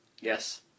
Yes